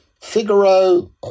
Figaro